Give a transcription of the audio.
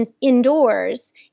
indoors